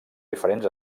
diferents